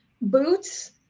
boots